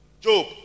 Job